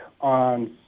on